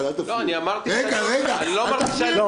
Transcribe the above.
לא אמרתי ש- -- תן לו